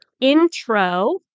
intro